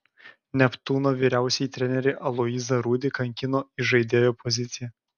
neptūno vyriausiąjį trenerį aloyzą rudį kankino įžaidėjo pozicija